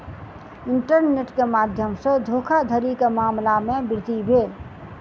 internet के माध्यम सॅ धोखाधड़ी के मामला में वृद्धि भेल